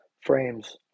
frames